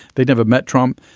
they never met trump.